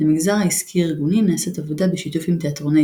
במגזר העסקי-ארגוני נעשית עבודה בשיתוף עם תיאטרוני